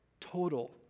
total